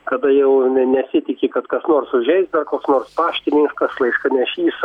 kada jau ne nesitiki kad kas nors užeis dar koks nors paštininkas laiškanešys